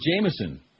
Jameson